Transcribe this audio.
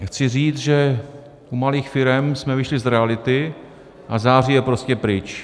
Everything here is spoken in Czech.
Chci říct, že u malých firem jsme vyšli z reality, a září je prostě pryč.